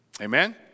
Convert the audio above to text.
Amen